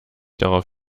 darauf